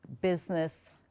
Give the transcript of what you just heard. business